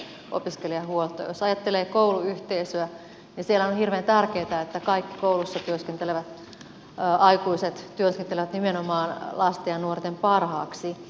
jos ajattelee kouluyhteisöä niin siellähän on hirveän tärkeätä että kaikki koulussa työskentelevät aikuiset työskentelevät nimenomaan lasten ja nuorten parhaaksi